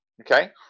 okay